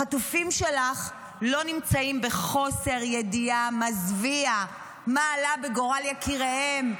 החטופים שלך לא נמצאים בחוסר ידיעה מזוויע מה עלה בגורל יקיריהם,